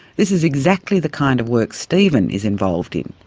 this is exactly the kind of work stephen is involved in,